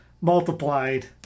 multiplied